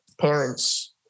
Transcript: Parents